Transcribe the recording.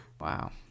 Wow